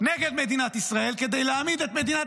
נגד מדינת ישראל כדי להעמיד את מדינת